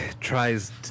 tries